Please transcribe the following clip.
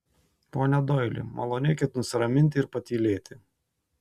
pone doili malonėkit nusiraminti ir patylėti